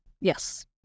yes